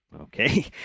okay